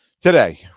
today